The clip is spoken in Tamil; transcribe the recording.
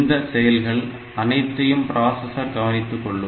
இந்த செயல்கள் அனைத்தையும் பிராசஸர் கவனித்துக்கொள்ளும்